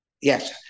yes